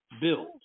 build